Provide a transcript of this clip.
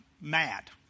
mad